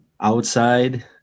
outside